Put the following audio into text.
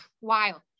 wild